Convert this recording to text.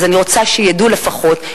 אז אני רוצה שידעו לפחות,